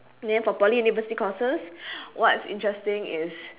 then for poly university courses what's interesting is